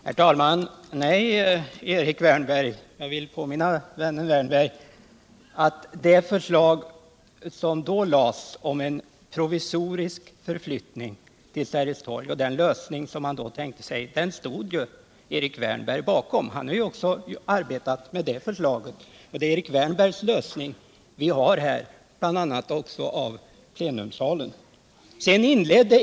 Herr talman! Jag vill påminna vännen Erik Wärnberg om att det förslag som då lades om provisorisk förflyttning till Sergels torg och den lösning som man då tänkte sig stod Erik Wärnberg bakom. Han hade också arbetat med det förslaget. Det är Erik Wärnbergs lösning som vi har här, bl.a. av plenisalen.